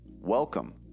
Welcome